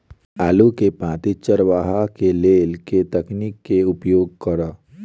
आलु केँ पांति चरावह केँ लेल केँ तकनीक केँ उपयोग करऽ?